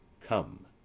Come